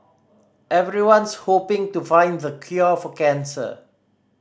everyone's hoping to find the cure for cancer